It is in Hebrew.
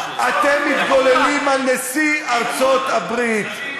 אתם מתגוללים על נשיא ארצות-הברית.